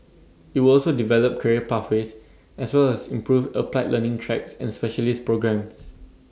IT will also develop career pathways as well as improve applied learning tracks and specialist programmes